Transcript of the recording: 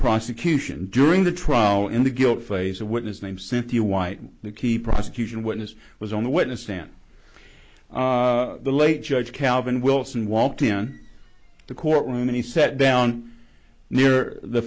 prosecution during the trial in the guilt phase a witness named cynthia white the key prosecution witness was on the witness stand the late judge calvin wilson walked in the courtroom and he set down near the